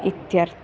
इत्यर्